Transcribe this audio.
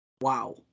Wow